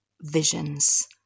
visions